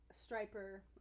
Striper